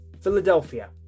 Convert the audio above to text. Philadelphia